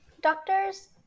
doctors